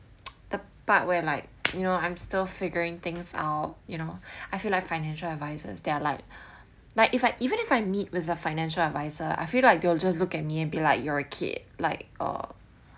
the part where like you know I'm still figuring things out you know I feel like financial advisers they're like like if I even if I meet with a financial adviser I feel like they'll just look at me and be like you're a kid like or